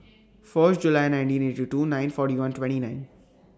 First July nineteen eighty two nine forty one twenty nine